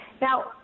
Now